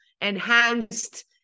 enhanced